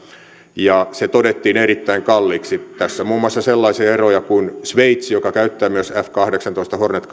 ja se todettiin erittäin kalliiksi tässä on muun muassa sellaisia eroja kuin että sveitsin joka myös käyttää fmiinus kahdeksantoista hornet